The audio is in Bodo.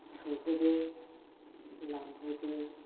सुहोदो लामहोदो